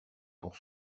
pour